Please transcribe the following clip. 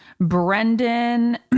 Brendan